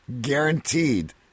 guaranteed